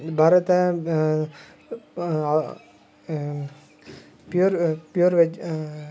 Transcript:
Bharat pure pure veg